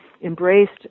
embraced